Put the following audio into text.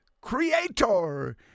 creator